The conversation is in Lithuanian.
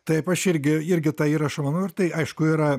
taip aš irgi irgi tą įrašą manau ir tai aišku yra